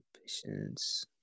patience